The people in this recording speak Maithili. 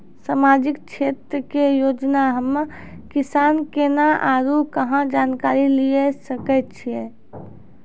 समाजिक क्षेत्र के योजना हम्मे किसान केना आरू कहाँ जानकारी लिये सकय छियै?